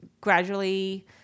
gradually